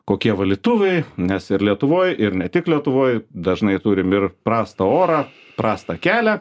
kokie valytuvai nes ir lietuvoj ir ne tik lietuvoj dažnai turim ir prastą orą prastą kelią